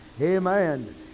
Amen